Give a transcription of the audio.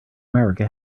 america